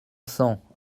cents